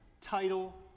title